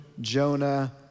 Jonah